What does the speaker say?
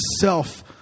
self